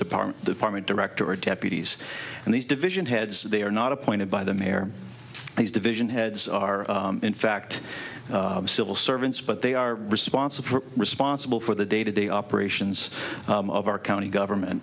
department the department director or deputies and these division heads they are not appointed by the mayor these division heads are in fact civil servants but they are responsible responsible for the day to day operations of our county government